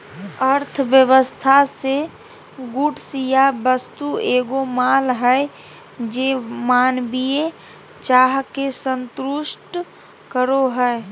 अर्थव्यवस्था मे गुड्स या वस्तु एगो माल हय जे मानवीय चाह के संतुष्ट करो हय